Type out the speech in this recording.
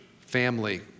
family